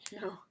No